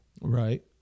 Right